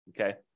okay